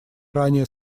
ранее